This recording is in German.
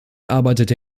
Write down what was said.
arbeitete